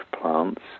plants